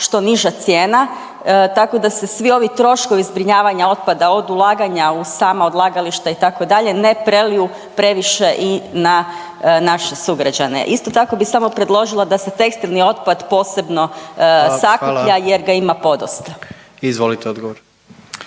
što niža cijena, tako da se svi ovi troškovi zbrinjavanja otpada od ulaganja u sama odlagališta itd., ne preliju previše i na naše sugrađane. Isto tako samo bih predložila da se tekstilni otpad posebno …/Upadica predsjednik: